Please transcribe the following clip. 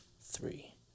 three